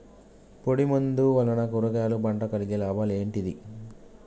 పొడిమందు వలన కూరగాయల పంటకు కలిగే లాభాలు ఏంటిది?